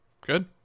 Good